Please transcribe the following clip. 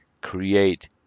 Create